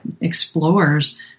explores